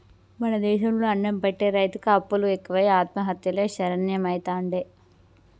మన దేశం లో అన్నం పెట్టె రైతుకు అప్పులు ఎక్కువై ఆత్మహత్యలే శరణ్యమైతాండే